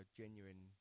genuine